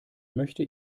möchte